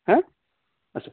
हा अस्तु